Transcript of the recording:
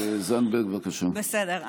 בסדר,